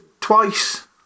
twice